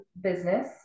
business